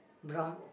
brown